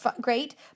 great